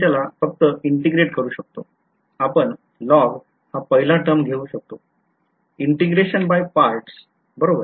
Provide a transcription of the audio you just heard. आपण त्याला फक्त integrate करू शकतो आपण log हा पहिला टर्म घेऊ शकतो integration बाय पार्ट्स बरोबर